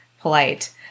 polite